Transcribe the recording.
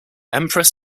empress